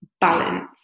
balance